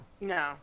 No